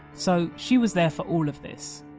so she was there for all of this